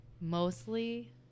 mostly